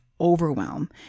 overwhelm